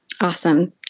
Awesome